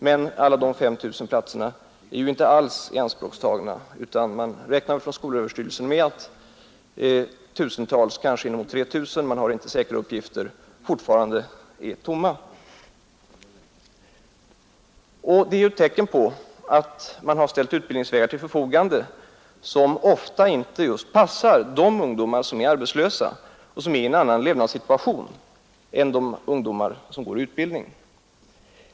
Men alla de 5 000 platserna är ju inte alls ianspråktagna, utan skolöverstyrelsen räknar med att tusentals — man har inte säkra uppgifter men det är kanske inemot 3 000 — fortfarande är tomma. Det är ett tecken på att man har ställt utbildningsvägar till förfogande som ofta inte passar de ungdomar som är arbetslösa och som är i en annan levnadssituation än de ungdomar som går i utbildning.